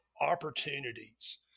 opportunities